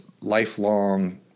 lifelong